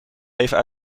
even